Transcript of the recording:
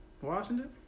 Washington